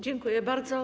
Dziękuję bardzo.